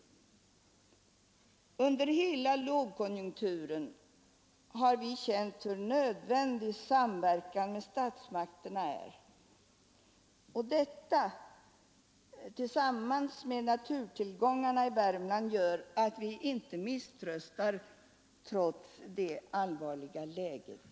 Under hela lågkonjunkturen har vi känt hur nödvändig samverkan med statsmakterna är och detta, tillsammans med naturtillgångarna i Värmland, gör att vi inte misströstar trots det allvarliga läget.